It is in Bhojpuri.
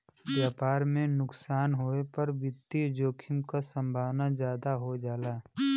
व्यापार में नुकसान होये पर वित्तीय जोखिम क संभावना जादा हो जाला